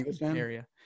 area